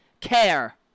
care